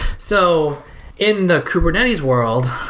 so in the kubernetes world,